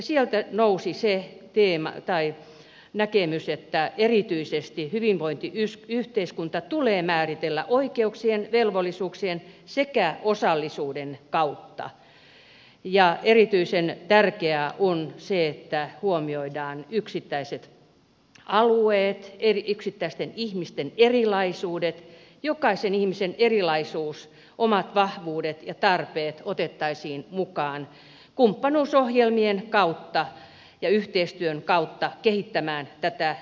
sieltä nousi se näkemys että erityisesti hyvinvointiyhteiskunta tulee määritellä oikeuksien velvollisuuksien sekä osallisuuden kautta ja erityisen tärkeää on se että huomioidaan yksittäiset alueet yksittäisten ihmisten erilaisuudet ja jokaisen ihmisen erilaisuus omat vahvuudet ja tarpeet otettaisiin mukaan kumppanuusohjelmien kautta ja yhteistyön kautta kehittämään tätä yhteiskuntaa